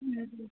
उम्